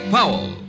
Powell